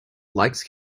likes